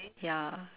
ya